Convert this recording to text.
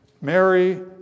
Mary